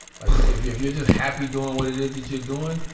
like if you're if you're just happy doing what it is that you're doing,